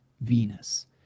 Venus